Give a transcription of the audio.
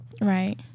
Right